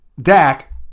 Dak